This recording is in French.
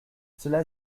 cela